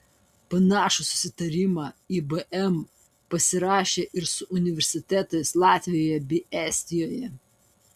panašų susitarimą ibm pasirašė ir su universitetais latvijoje bei estijoje